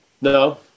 No